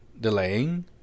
Delaying